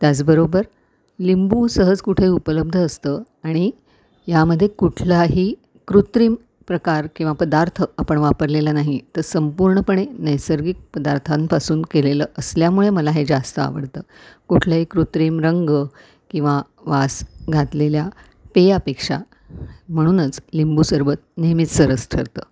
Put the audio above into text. त्याचबरोबर लिंबू सहज कुठे उपलब्ध असतं आणि यामध्ये कुठलाही कृत्रिम प्रकार किंवा पदार्थ आपण वापरलेलं नाही तर संपूर्णपणे नैसर्गिक पदार्थांपासून केलेलं असल्यामुळे मला हे जास्त आवडतं कुठलंही कृत्रिम रंग किंवा वास घातलेल्या पेयापेक्षा म्हणूनच लिंबू सरबत नेहमीच सरस ठरतं